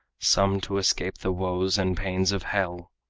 some to escape the woes and pains of hell.